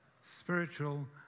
spiritual